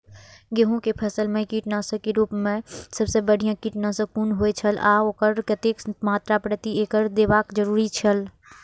गेहूं के फसल मेय कीटनाशक के रुप मेय सबसे बढ़िया कीटनाशक कुन होए छल आ ओकर कतेक मात्रा प्रति एकड़ देबाक जरुरी छल?